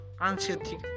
anxiety